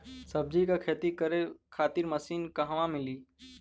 सब्जी के खेती करे खातिर मशीन कहवा मिली?